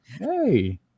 hey